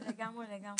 לגמרי, לגמרי.